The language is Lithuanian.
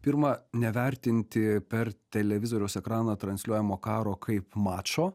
pirma nevertinti per televizoriaus ekraną transliuojamo karo kaip mačo